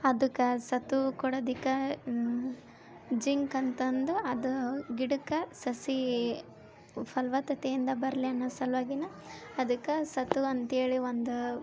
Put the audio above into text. ಅದ್ಕ ಸಾತು ಕೊಡೋದಿಕ್ಕ ಜಿಂಕ್ ಅಂತಂದು ಅದು ಗಿಡಕ್ಕೆ ಸಸಿ ಫಲವತ್ತತೆಯಿಂದ ಬರಲಿ ಅನ್ನೋ ಸಲುವಾಗಿನ ಅದಕ್ಕೆ ಸಾತು ಅಂತೇಳಿ ಒಂದು